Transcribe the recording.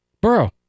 Burrow